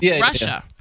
russia